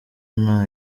nta